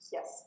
Yes